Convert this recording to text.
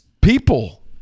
people